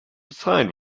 signed